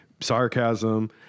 sarcasm